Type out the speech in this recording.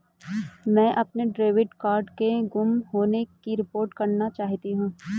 मैं अपने debit card के गुम होने की रिपोर्ट करना चाहती हूँ